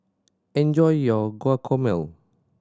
enjoy your Guacamole